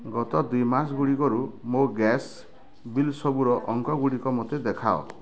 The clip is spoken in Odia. ଗତ ଦୁଇ ମାସ ଗୁଡ଼ିକରୁ ମୋ ଗ୍ୟାସ୍ ବିଲ୍ ସବୁର ଅଙ୍କ ଗୁଡ଼ିକ ମୋତେ ଦେଖାଅ